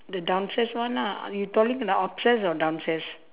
the downstairs one ah you talking the downstairs or upstairs